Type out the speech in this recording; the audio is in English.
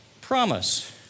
promise